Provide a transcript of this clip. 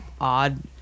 odd